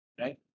Right